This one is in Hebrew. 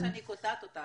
סליחה שאני קוטעת אותך,